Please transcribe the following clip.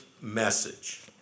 message